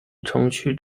程序